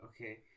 okay